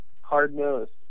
hard-nosed